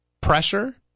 pressure